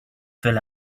fill